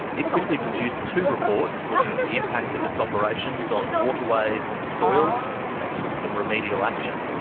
it quickly produced two reports looking at the impact of its operations on waterways and soil and took some remedial action.